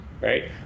right